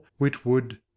whitwood